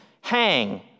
hang